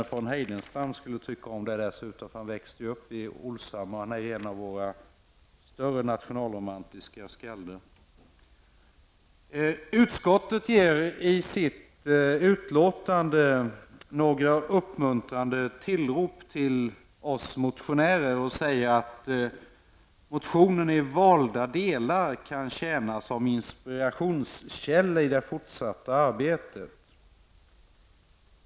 Låt mig säga att jag tror att också Verner von Heidenstam, en av våra större nationalromantiska skalder, skulle ha uppskattat det, eftersom han växte upp i Utskottet ger oss motionärer i sin tur några uppmuntrande tillrop och säger att motionen i valda delar kan tjäna som inspirationskälla i det fortsatta arbetet.